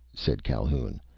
said calhoun.